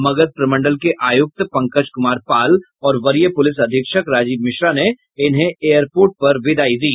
मगध प्रमंडल के आयुक्त पंकज कुमार पाल और वरीय पुलिस अधीक्षक राजीव मिश्रा ने इन्हें एयरपोर्ट पर विदायी दी